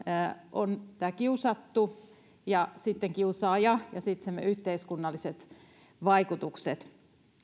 on tämä kiusattu ja sitten kiusaaja ja sitten sen yhteiskunnalliset vaikutukset